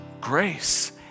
grace